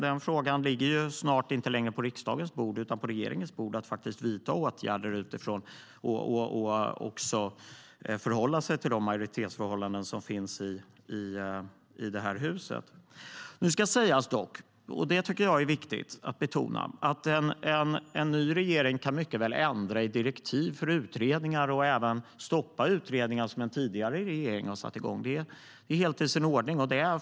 Den frågan ligger snart inte längre på riksdagens bord utan regeringens bord. Det handlar om att vidta åtgärder och förhålla sig till de majoritetsförhållanden som finns i riksdagen. Det är viktigt att betona att en ny regering mycket väl kan ändra i direktiv för utredningar och även stoppa utredningar som en tidigare regering har satt igång. Det är helt i sin ordning.